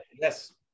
yes